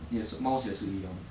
yes mouse 也是一样